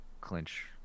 clinch